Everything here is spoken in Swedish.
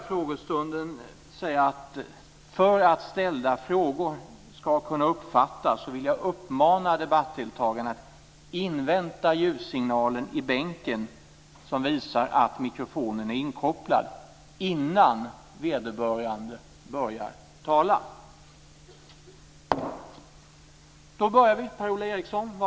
För att ställda frågor skall kunna uppfattas vill jag uppmana debattdeltagarna att invänta ljussignalen i bänken, som visar att mikrofonen är inkopplad, innan vederbörande börjar tala.